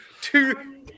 two